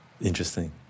Interesting